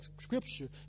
scripture